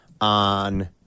on